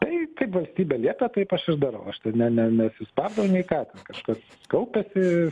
tai kaip valstybė liepia taip aš ir darau aš ten ne ne nesispardau nei ką ten kažkas kaupiasi